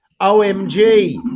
OMG